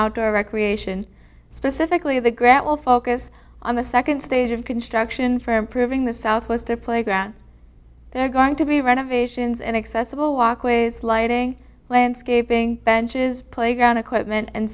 outdoor recreation specifically the grant will focus on the second stage of construction for improving the southwest a playground they're going to be renovations and accessible walkways lighting landscaping benches playground equipment and